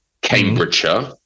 Cambridgeshire